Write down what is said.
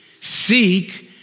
seek